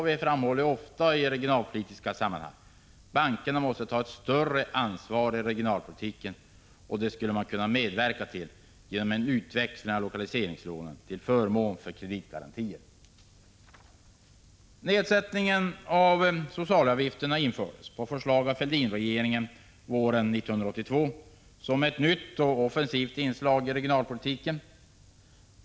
Vi har ofta framhållit att bankerna måste ta ett större ansvar för regionalpolitiken, och detta skulle man kunna medverka till genom en utväxling av lokaliseringslånen till förmån för kreditgarantier. Nedsättning av socialavgifter infördes — på förslag av Fälldinregeringen — våren 1982 som ett nytt och offensivt inslag i regionalpolitiken.